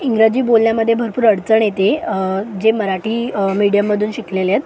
इंग्रजी बोलण्यामध्ये भरपूर अडचण येते जे मराठी मीडियममधून शिकलेले आहेत